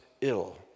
ill